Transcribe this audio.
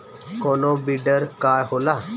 कोनो बिडर का होला?